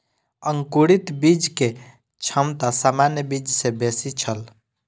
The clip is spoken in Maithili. अंकुरित बीज के क्षमता सामान्य बीज सॅ बेसी छल